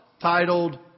titled